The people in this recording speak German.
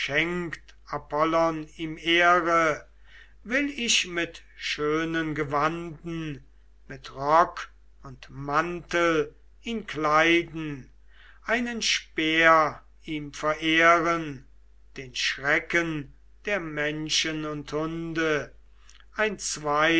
will ich mit schönen gewanden mit rock und mantel ihn kleiden einen speer ihm verehren den schrecken der menschen und hunde ein